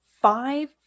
five